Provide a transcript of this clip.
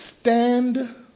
stand